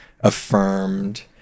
affirmed